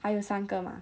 还有三个 mah